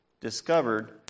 discovered